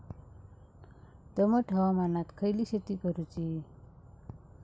दमट हवामानात खयली शेती करूची?